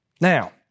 Now